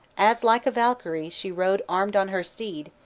as, like a valkyrie, she rode armed on her steed,